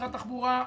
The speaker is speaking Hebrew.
משרד התחבורה,